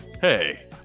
Hey